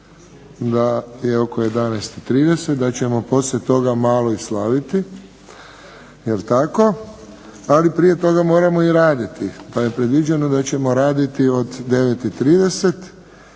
da je oko 11,30, da ćemo poslije toga malo i slaviti jel' tako. Ali, prije toga moramo i raditi. Pa je predviđeno da ćemo raditi od 9,30